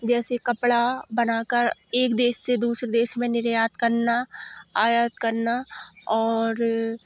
जैसे कपड़ा बनाकर एक देश से दूसरे देश में निर्यात करना आयात करना और